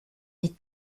est